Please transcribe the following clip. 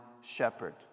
shepherd